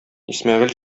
исмәгыйль